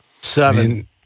Seven